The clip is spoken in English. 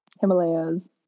Himalayas